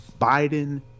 Biden